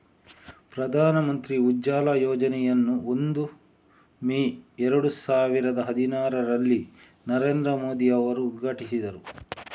ಪ್ರಧಾನ ಮಂತ್ರಿ ಉಜ್ವಲ ಯೋಜನೆಯನ್ನು ಒಂದು ಮೇ ಏರಡು ಸಾವಿರದ ಹದಿನಾರರಲ್ಲಿ ನರೇಂದ್ರ ಮೋದಿ ಅವರು ಉದ್ಘಾಟಿಸಿದರು